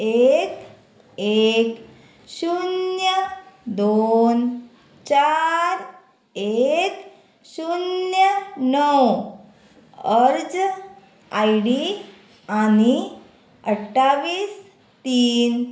एक एक शुन्य दोन चार एक शुन्य णव अर्ज आय डी आनी अठ्ठावीस तीन